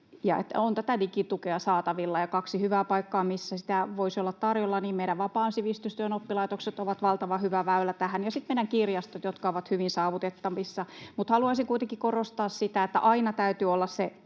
on tätä digitukea saatavilla. Kaksi hyvää paikkaa, missä sitä voisi olla tarjolla, on meidän vapaan sivistystyön oppilaitokset, jotka ovat valtavan hyvä väylä tähän, ja sitten meidän kirjastot, jotka ovat hyvin saavutettavissa. Mutta haluaisin kuitenkin korostaa sitä, että aina täytyy olla se